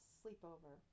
sleepover